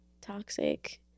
toxic